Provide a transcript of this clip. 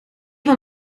van